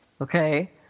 okay